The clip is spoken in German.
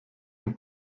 ein